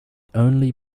only